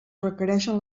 requereixen